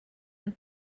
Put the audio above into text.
and